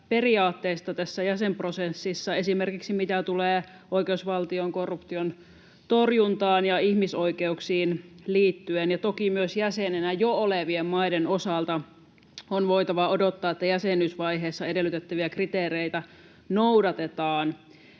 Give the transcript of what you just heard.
periaatteista tässä jäsenprosessissa esimerkiksi siinä, mitä tulee oikeusvaltioon, korruption torjuntaan ja ihmisoikeuksiin liittyen. Toki myös jäsenenä jo olevien maiden osalta on voitava odottaa, että jäsenyysvaiheessa edellytettäviä kriteereitä noudatetaan.